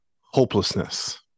hopelessness